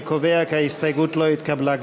אני קובע כי ההסתייגות לא התקבלה.